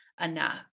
enough